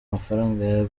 mafaranga